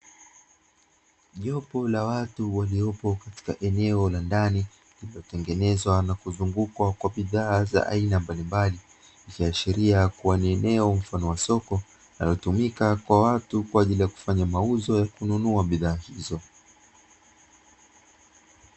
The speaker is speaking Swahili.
Jopo la watu waliopo katika eneo la ndani, lililotengenezwa na kuzungukwa kwa bidahaa za aina mbalimbali ikiashiria kuwa ni eneo mfano wa soko, linalotumika kwa watu kwa ajili ya kufanya mauzo na kunua bidhaa hizo.